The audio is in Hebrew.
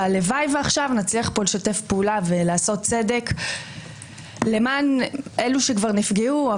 הלוואי ועכשיו נצליח פה לשתף פעולה ולעשות צדק למען אלו שכבר נפגעו,